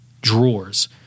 drawers